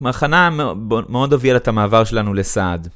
מרחנה מאוד הובילה את המעבר שלנו לסעד.